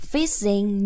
Facing